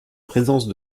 présence